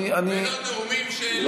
ולא נאומים שאתה יודע,